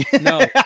No